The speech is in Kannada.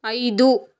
ಐದು